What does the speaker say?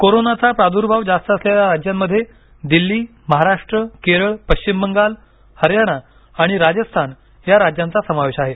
कोरोनाचा प्रादुर्भाव जास्त असलेल्या राज्यांमध्ये दिल्ली महाराष्ट्र केरळ पश्चिम बंगाल हरियाणा आणि राजस्थान या राज्यांचा समावेश आहे